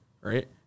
right